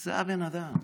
זה הבן אדם.